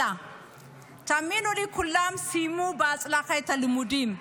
תאמינו לי, כולם סיימו בהצלחה את הלימודים.